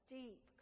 deep